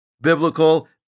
biblical